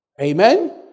amen